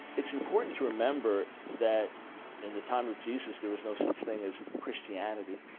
it's important to remember that in the time of jesus. there was no such thing as christianity.